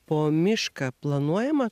po mišką planuojama